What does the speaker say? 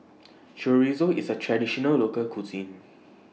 Chorizo IS A Traditional Local Cuisine